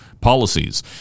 policies